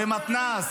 במתנ"ס.